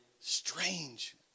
Strange